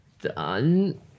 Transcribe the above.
done